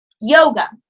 yoga